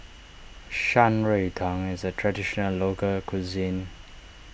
Shan Rui Tang is a Traditional Local Cuisine